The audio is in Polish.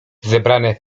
zebrane